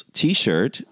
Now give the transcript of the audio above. T-shirt